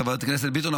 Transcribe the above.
חברת הכנסת ביטון,